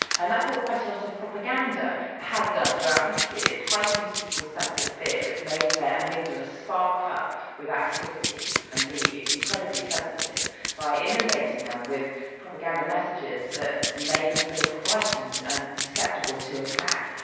and that's what quite a lot of propaganda has done throughout history, it's heightened people's sense of fear, it's made their amygdala spark up with activity and be incredibly sensitive by inundating them with propaganda messages that make them feel frightened and susceptible to attack.